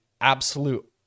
absolute